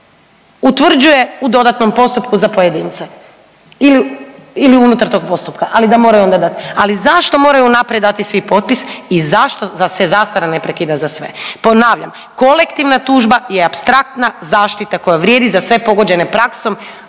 utvrđuje u dodatnom postupku za pojedince ili unutar tog postupka, ali da moraju onda dati, ali zašto moraju unaprijed dati svi potpis i zašto se zastara ne prekida za sve? Ponavljam, kolektivna tužba je apstraktna zaštita koja vrijedi za sve pogođene praksom,